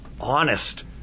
honest